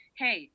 hey